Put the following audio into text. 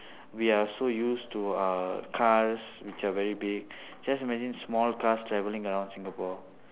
we are so used to uh cars which are very big just imagine small cars traveling around singapore